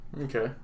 okay